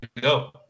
go